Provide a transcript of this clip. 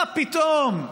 מה פתאום?